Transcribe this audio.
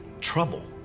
trouble